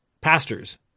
pastors